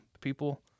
People